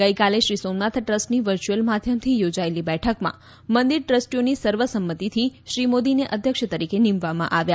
ગઈકાલે શ્રીસોમનાથ ટ્રસ્ટની વર્ચ્યુઅલ માધ્યમથી યોજાયેલી બેઠકમાં મંદિર ટ્રસ્ટીઓની સર્વસંમતિથી શ્રી મોદીને અધ્યક્ષ તરીકે નિમવામાં આવ્યા